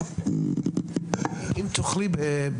אם תוכלי,